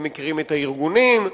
ומכירים את הארגונים,